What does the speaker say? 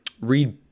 read